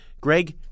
Greg